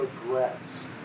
regrets